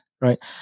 right